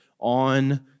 on